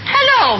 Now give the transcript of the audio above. Hello